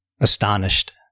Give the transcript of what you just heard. astonished